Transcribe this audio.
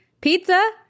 Pizza